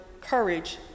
courage